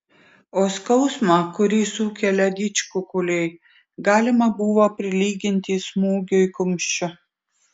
o skausmą kurį sukelia didžkukuliai galima buvo prilyginti smūgiui kumščiu